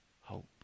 hope